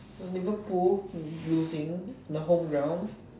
Liverpool losing on the home ground